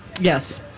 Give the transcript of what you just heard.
Yes